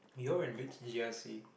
you're in which g_r_c